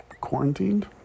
quarantined